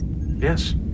Yes